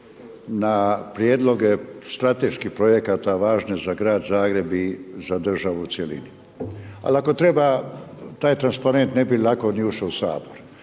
na prijedloge strateških projekata važne za grad Zagreb i za državu u cjelini. Ali ako treba taj transparent ne bi lako ni ušao u Sabor.